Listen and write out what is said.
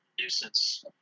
nuisance